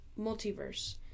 multiverse